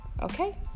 Okay